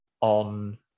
on